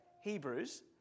Hebrews